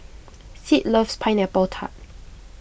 Sid loves Pineapple Tart